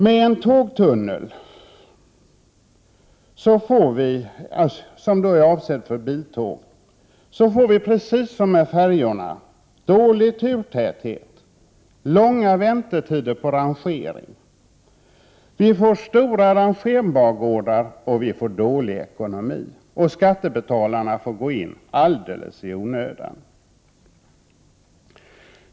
Med en tågtunnel, som är avsedd för biltåg, får vi, precis som med färjorna, dålig turtäthet, långa väntetider på rangering, vi får stora rangerbangårdar och vi får dålig ekonomi. Skattebetalarna får gå in alldeles i onödan.